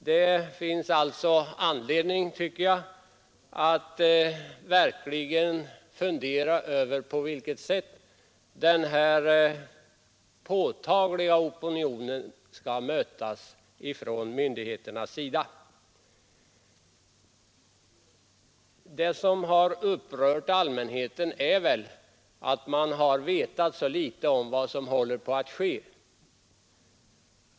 Det finns alltså anledning, tycker jag, att verkligen fundera över på vilket sätt den här påtalade opinionen skall mötas av myndigheterna. Det som har upprört allmänheten är väl att man har vetat så litet om vad som håller på att ske.